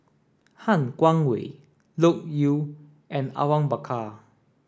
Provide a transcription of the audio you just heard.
Han Guangwei Loke Yew and Awang Bakar